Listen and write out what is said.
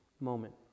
moment